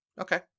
Okay